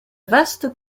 vaste